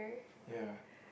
ya